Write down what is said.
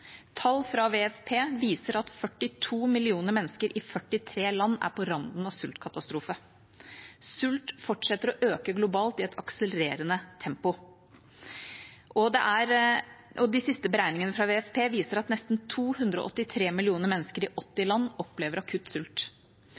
Tall fra Verdens matvareprogram, WFP, viser at 42 millioner mennesker i 43 land er på randen av sultkatastrofe. Sult fortsetter å øke globalt i en akselererende tempo. De siste beregningene fra WFP viser at nesten 283 millioner mennesker i 80 land opplever akutt sult.